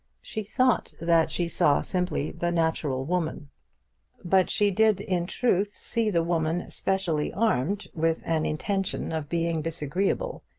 she thought that she saw simply the natural woman but she did, in truth, see the woman specially armed with an intention of being disagreeable,